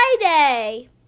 Friday